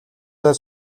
зай